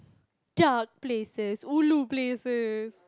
dark places ulu places